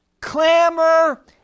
clamor